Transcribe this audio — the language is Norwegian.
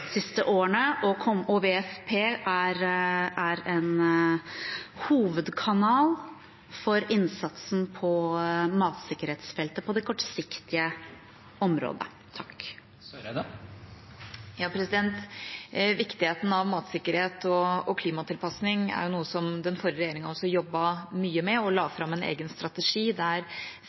siste årene, og WFP er en hovedkanal for innsatsen på matsikkerhetsfeltet på det kortsiktige området. Viktigheten av matsikkerhet og klimatilpasning er noe som den forrige regjeringa også jobbet mye med. Vi la fram en egen strategi, der